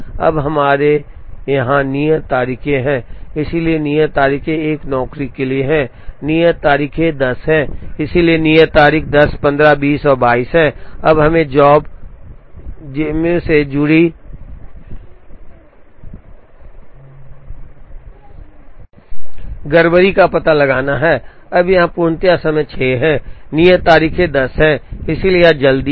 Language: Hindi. अब हमारे यहां नियत तारीखें हैं इसलिए नियत तारीखें 1 नौकरी के लिए हैं नियत तारीख 10 है इसलिए नियत तारीख 10 15 20 और 22 है अब हमें जॉब जम्मू से जुड़ी गड़बड़ी का पता लगाना है अब यहां पूर्णता समय 6 है नियत तारीख 10 है इसलिए यह जल्दी है